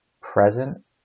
present